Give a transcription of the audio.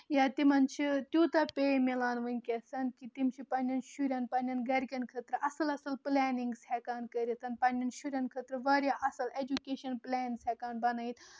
یا تِمن چھِ تِیوٗتاہ پے مِلان وٕنکیٚس کہِ تِم چھِ پَننٮ۪ن شُرین پَننٮ۪ن گَرِکین خٲطرٕ اَصٕل اَصٕل پٕلینِنٛگٕس ہیٚکان کٔرِتھ پَنٮ۪ن شُرین خٲطرٕ واریاہ اَصٕل ایٚجوٗکیشن پٕلینز ہیٚکان بَنٲوِتھ